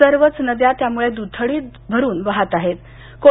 सर्वच नद्या त्यामुळे द्थडी भरून वाहताहेत